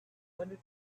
other